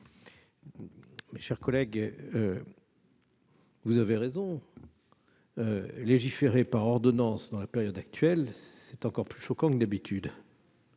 de la commission ? Vous avez raison : légiférer par ordonnance dans la période actuelle est encore plus choquant que d'habitude.